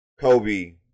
Kobe